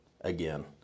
again